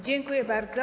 Dziękuję bardzo.